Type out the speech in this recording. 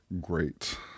great